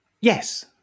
Yes